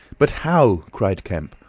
but how? cried kemp,